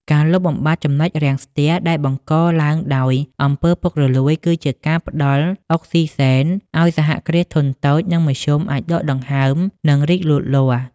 ការលុបបំបាត់ ចំណុចរាំងស្ទះ ដែលបង្កឡើងដោយ អំពើពុករលួយ គឺជាការផ្ដល់ "អុកស៊ីហ្សែន" ឱ្យសហគ្រាសធុនតូច និងមធ្យមអាចដកដង្ហើម និងរីកលូតលាស់។